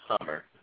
summer